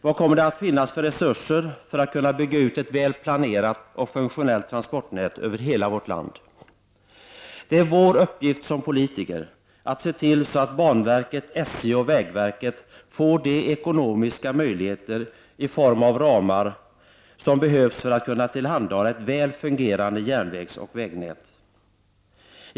Vad kommer det att finnas för resurser för att kunna bygga ut ett väl planerat och funktionellt transportnät över hela vårt land? Det är vår uppgift som politiker att se till att banverket, SJ och vägverket får de ekonomiska möjligheter i form av ramar som behövs för att kunna tillhandahålla ett väl fungerande järnvägsoch vägnät.